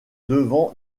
devant